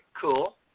Cool